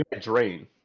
drain